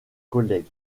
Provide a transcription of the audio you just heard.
collègues